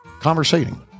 Conversating